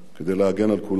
כדי להגן על כולנו.